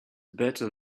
better